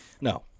No